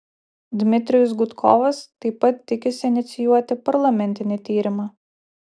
dmitrijus gudkovas taip pat tikisi inicijuoti parlamentinį tyrimą